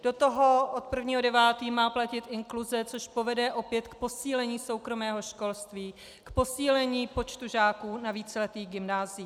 Do toho od 1. 9. má platit inkluze, což povede opět k posílení soukromého školství, k posílení počtu žáků na víceletých gymnáziích.